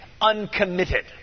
uncommitted